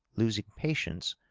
losing patience,